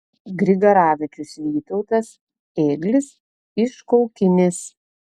grigaravičius vytautas ėglis iš kaukinės